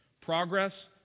Progress